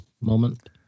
moment